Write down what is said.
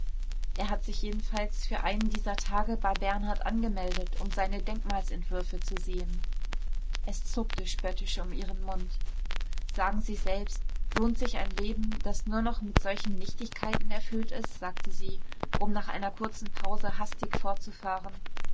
er hat sich jedenfalls für einen dieser tage bei bernhard angemeldet um seine denkmalsentwürfe zu sehen es zuckte spöttisch um ihren mund sagen sie selbst lohnt sich ein leben das nur noch mit solchen nichtigkeiten erfüllt ist sagte sie um nach einer kurzen pause hastig fortzufahren